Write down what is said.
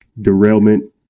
derailment